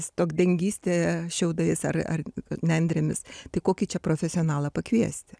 stogdengystė šiaudais ar ar nendrėmis tai kokį čia profesionalą pakviesti